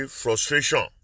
frustration